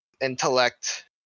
Intellect